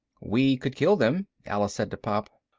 we could kill them, alice said to pop.